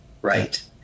right